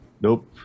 Nope